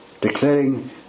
declaring